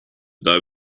but